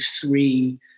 three